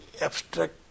abstract